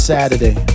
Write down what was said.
Saturday